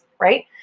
right